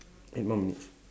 eight more minutes